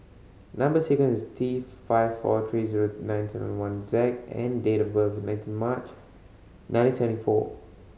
number sequence is T five four three zero nine seven one Z and date of birth is nineteen March nineteen seventy four